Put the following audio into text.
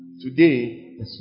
Today